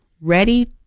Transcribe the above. ready